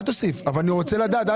אבל אני רוצה לדעת.